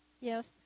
Yes